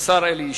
השר אלי ישי.